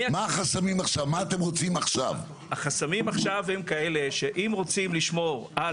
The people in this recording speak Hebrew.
החסמים עכשיו הם כאלה שאם רוצים לשמור על